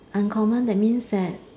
uncommon that means that